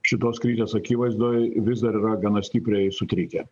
šitos krizės akivaizdoj vis dar yra gana stipriai sutrikę